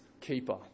keeper